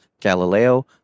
Galileo